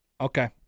Okay